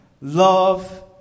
love